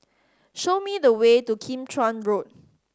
show me the way to Kim Chuan Road